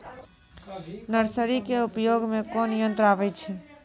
Nursery के उपयोग मे कोन यंत्र आबै छै?